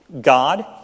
God